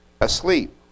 asleep